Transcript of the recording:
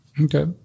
okay